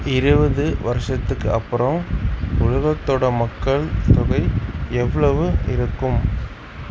இருபது வருடத்துக்கு அப்புறம் உலகத்தோட மக்கள் தொகை எவ்வளவு இருக்கும்